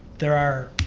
there are,